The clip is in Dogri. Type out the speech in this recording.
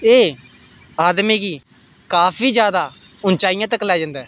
एह् आदमी गी काफी जैदा उंचाइयें तक्कर लैई जंदा